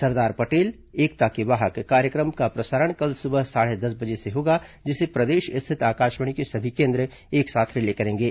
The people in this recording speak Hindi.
सरदार पटेल एकता के वाहक कार्यक्रम का प्रसारण कल सुबह साढ़े दस बजे से होगा जिसे प्रदेश स्थित आकाशवाणी के सभी केन्द्र एक साथ रिले करेंगे